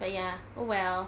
but ya oh well